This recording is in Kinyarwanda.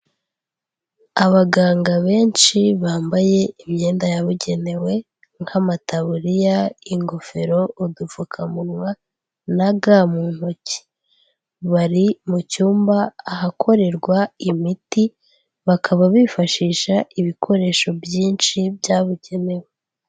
Abaganga benshi bambaye imyenda yabugenewe nk'amataburiya, ingofero, udupfukamunwa, na ga mu ntoki, bari mu cyumba ahakorerwa imiti bakaba bifashisha ibikoresho byinshi byabugenewe.